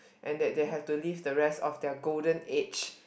and that they have to live the rest of their golden age